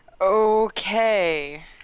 Okay